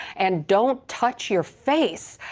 and don't touch your face.